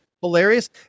hilarious